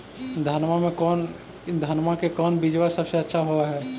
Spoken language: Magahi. धनमा के कौन बिजबा सबसे अच्छा होव है?